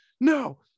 no